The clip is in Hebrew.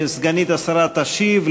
סגנית השר תשיב.